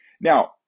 Now